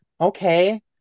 okay